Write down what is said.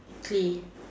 clay